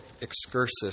excursus